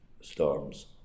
storms